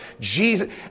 Jesus